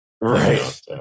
right